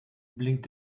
blinkt